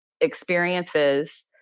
experiences